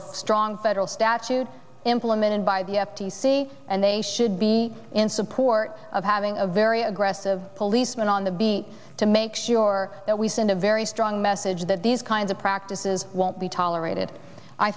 a strong federal statute implemented by the f t c and they should be in support of having a very aggressive policeman on the beat to make sure that we send a very strong message that these kinds of practices won't be tolerated i